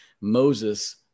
Moses